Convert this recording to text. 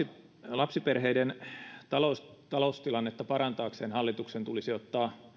lapsiperheiden taloustilannetta parantaakseen hallituksen tulisi ottaa